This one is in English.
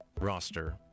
roster